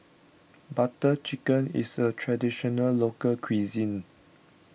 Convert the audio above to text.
Butter Chicken is a Traditional Local Cuisine